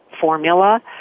formula